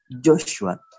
Joshua